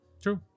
True